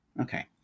Okay